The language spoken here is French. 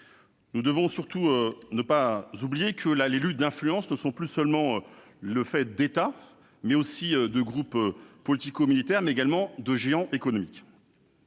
Nous devons surtout ne pas oublier que les luttes d'influence ne sont plus seulement le fait d'États et de groupes politico-militaires, mais également de géants économiques.